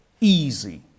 easy